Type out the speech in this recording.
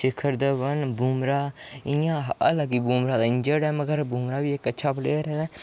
शिखर धवन बूमरा इ'यां हालांकि बूमरा इन्जर्ड़ ऐ मगर बूमरा बी इक अच्छा प्लेयर ऐ